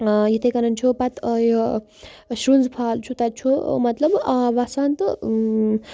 یِتھَے کٕنۍ چھُ پَتہٕ یہِ شُرٛنز فال چھُ تَتہِ چھ مطلب آب وَسان تہٕ